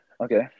okay